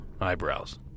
eyebrows